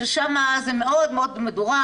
ששם זה מאוד מאוד מדורג,